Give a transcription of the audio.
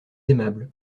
aimable